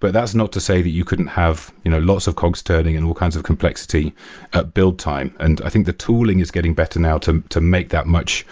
but that's not to say that you couldn't have you know lots of cogs turning and all kinds of complexity at build time. and i think the tooling is getting better now to to make that much